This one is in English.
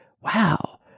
wow